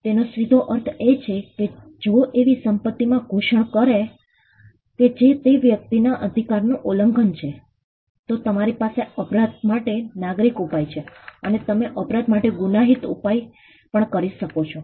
તેનો સીધો અર્થ એ છે કે જો કોઈ એવી સંપતિમાં ઘૂસણ કરે છે જે તે વ્યક્તિના અધિકારનું ઉલ્લંઘન છે તો તમારી પાસે અપરાધ માટે નાગરિક ઉપાય છે અને તમે અપરાધ માટે ગુનાહિત ઉપાય પણ કરી શકો છો